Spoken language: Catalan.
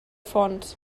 fonts